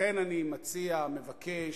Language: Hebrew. לכן אני מציע, מבקש,